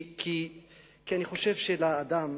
כי אני חושב שלאדם,